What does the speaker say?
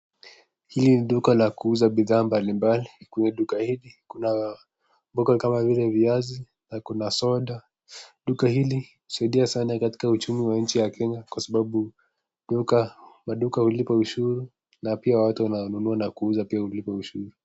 Hili nid duka la kuuza bidhaa mbalimbali kwenye duka hili, kuna vitu kama vile viazi na kuna soda, duka hili husaidia sana katika uchumi wa Kenya kwasababu maduka hulipa ushuru na pia watu wanaouza na kununua hulipa ushuru.